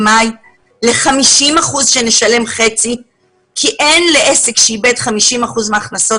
מאי ל-50 אחוזים שנשלם חצי כי לעסק שאיבד 50 אחוזים מההכנסות